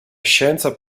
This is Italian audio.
scienza